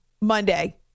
Monday